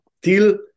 till